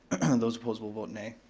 those opposed will vote nay.